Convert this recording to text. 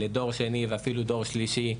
לדור שני ואפילו לדור שלישי,